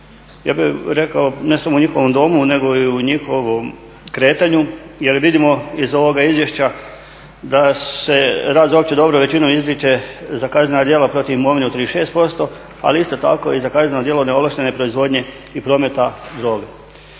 Ja bih rekao ne samo u njihovom domu nego i u njihovom kretanju jer vidimo iz ovoga izvješća da se rad za opće dobro većinom izriče za kaznena djela protiv imovine u 36% ali isto tako i za kazneno djelo neovlaštene proizvodnje i prometa